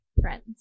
friends